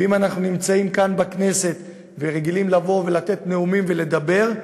ואם אנחנו נמצאים כאן בכנסת ורגילים לבוא ולתת נאומים ולדבר,